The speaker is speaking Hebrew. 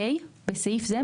(ה)בסעיף זה,